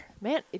Man